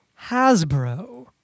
Hasbro